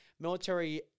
military